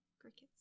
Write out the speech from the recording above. crickets